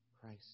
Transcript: Christ